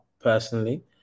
personally